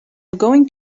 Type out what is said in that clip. going